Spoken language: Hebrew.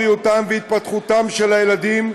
בריאותם והתפתחותם של הילדים,